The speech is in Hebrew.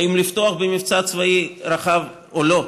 אם לפתוח במבצע צבאי רחב או לא.